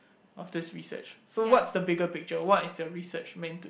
of this research so what's the bigger picture what is the research meant to